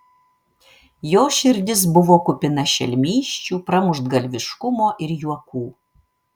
jo širdis buvo kupina šelmysčių pramuštgalviškumo ir juokų